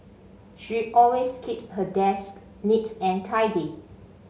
she always keeps her desk neat and tidy